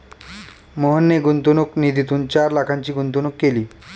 मोहनने गुंतवणूक निधीतून चार लाखांची गुंतवणूक केली